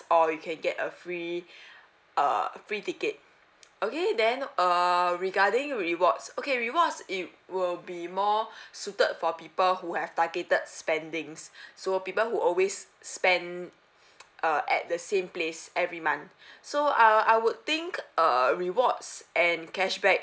or you can get a free uh free ticket okay then err regarding rewards okay rewards it will be more suited for people who have targeted spending's so people who always spend uh at the same place every month so I'll I would think err rewards and cashback